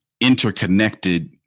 interconnected